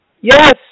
Yes